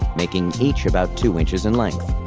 making each about two inches in length.